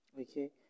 Okay